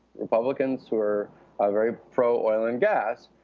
republicans who are very pro-oil and gas,